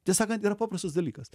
tie sakant yra paprastas dalykas